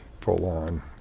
full-on